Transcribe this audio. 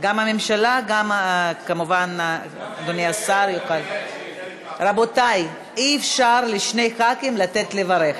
אני קובעת כי הצעת חוק לעידוד השקעה באנרגיות